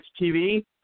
TV